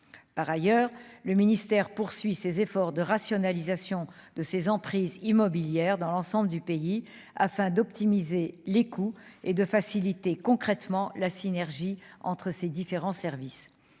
par ailleurs le ministère poursuit ses efforts de rationalisation de ces emprises immobilières dans l'ensemble du pays afin d'optimiser les coûts et de faciliter concrètement la synergie entre ces différents services